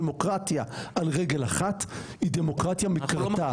דמוקרטיה על רגל אחת היא דמוקרטיה מקרטעת.